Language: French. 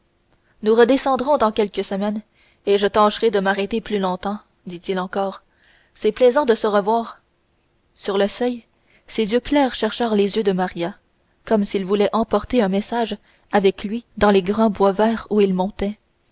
nous redescendrons dans quelques semaines et e tâcherai de m'arrêter plus longtemps dit-il encore c'est plaisant de se revoir sur le seuil ses yeux clairs cherchèrent les yeux de maria comme s'il voulait emporter un message avec lui dans les grands bois verts où il montait